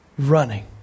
running